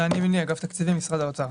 גל נימני, אגף התקציבים, משרד האוצר.